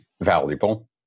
valuable